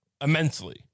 immensely